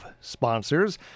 sponsors